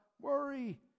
worry